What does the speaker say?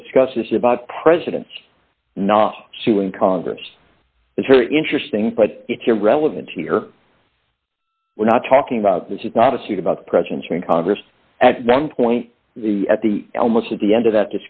court discusses about presidents not suing congress is very interesting but it's irrelevant here we're not talking about this is not a suit about presidents or in congress at one point the at the l most at the end of that